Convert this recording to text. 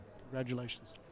Congratulations